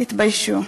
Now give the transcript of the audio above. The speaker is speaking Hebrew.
תתביישו.